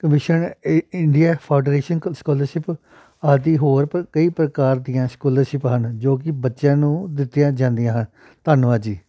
commission ਇ India foundation scholarship ਆਦਿ ਹੋਰ ਪ ਕਈ ਪ੍ਰਕਾਰ ਦੀਆਂ ਸਕੋਲਰਸ਼ਿਪ ਹਨ ਜੋ ਕਿ ਬੱਚਿਆਂ ਨੂੰ ਦਿੱਤੀਆਂ ਜਾਂਦੀਆਂ ਹਨ ਧੰਨਵਾਦ ਜੀ